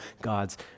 God's